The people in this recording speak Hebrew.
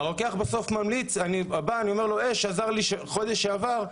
אש עזר לי בחודש שעבר,